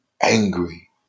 angry